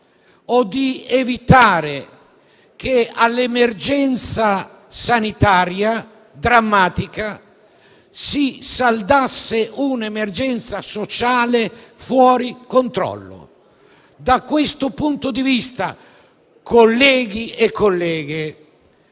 o di evitare che all'emergenza sanitaria drammatica si saldasse un'emergenza sociale fuori controllo. Da questo punto di vista, colleghi e colleghe,